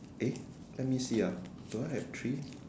eh let me see ah do I have three